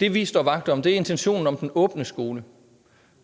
det, vi står vagt om, er intentionen om den åbne skole,